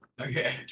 Okay